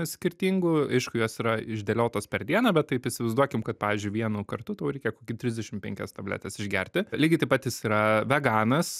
skirtingų aišku jos yra išdėliotos per dieną bet taip įsivaizduokim kad pavyzdžiui vienu kartu tau reikia kokį trisdešim penkias tabletes išgerti lygiai taip pat jis yra veganas